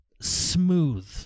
smooth